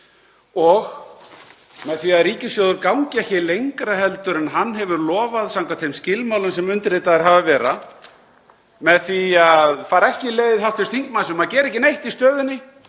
og með því að ríkissjóður gangi ekki lengra en hann hefur lofað samkvæmt þeim skilmálum sem undirritaðir hafa verið, með því að fara ekki leið hv. þingmanns um að gera ekki neitt í stöðunni,